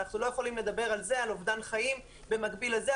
אנחנו לא יכולים לדבר על אובדן חיים במקביל לזה,